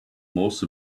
most